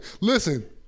listen